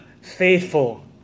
Faithful